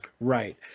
right